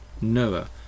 Noah